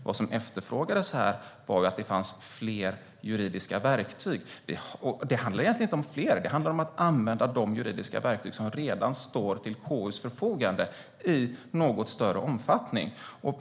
Vad som efterfrågades var att det fanns fler juridiska verktyg, och det handlar egentligen inte om fler verktyg utan om att använda de juridiska verktyg som redan står till KU:s förfogande i något större omfattning.